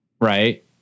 right